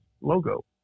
logo